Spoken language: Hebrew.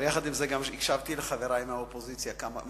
עם זאת, הקשבתי גם לחברי מהקואליציה.